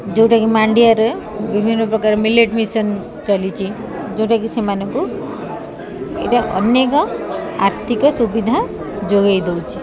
ଯେଉଁଟାକି ମାଣ୍ଡିଆରେ ବିଭିନ୍ନପ୍ରକାର ମିଲେଟ୍ ମିଶନ୍ ଚଲିଛି ଯେଉଁଟାକି ସେମାନଙ୍କୁ ଏଇଟା ଅନେକ ଆର୍ଥିକ ସୁବିଧା ଯୋଗାଇ ଦେଉଛି